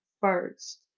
first